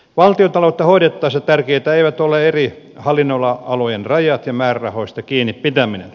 valtiontaloutta hoidettaessa tärkeitä eivät ole eri hallinnonalojen rajat ja määrärahoista kiinnipitäminen